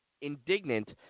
indignant